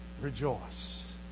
rejoice